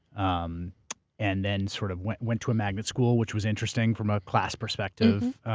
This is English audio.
um and then sort of went went to a magnet school which was interesting from a class perspective.